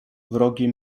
wrogie